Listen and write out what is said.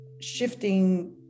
shifting